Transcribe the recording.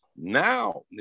Now